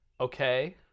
Okay